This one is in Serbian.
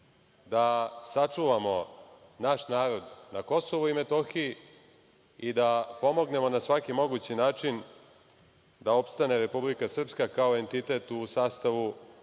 da sačuvamo naš narod na Kosovu i Metohiji i da pomognemo na svaki mogući način da opstane Republika Srpska kao entitet u sastavu